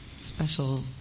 special